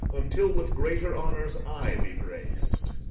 until with greater honours i be grac'd.